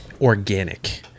organic